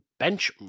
Benchmark